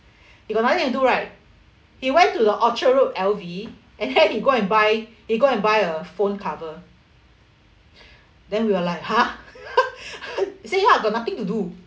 he got nothing do right he went to the orchard road L_V and then he go and buy he go and buy a phone cover then we were like !huh! he said ya got nothing to do